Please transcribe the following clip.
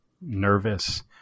nervous